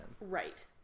Right